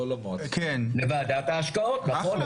לוועדת ההשקעות, נכון.